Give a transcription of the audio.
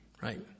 right